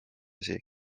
asi